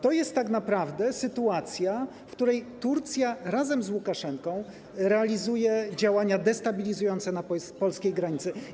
To jest tak naprawdę sytuacja, w której Turcja razem z Łukaszenką realizują działania destabilizujące na polskiej granicy.